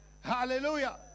Hallelujah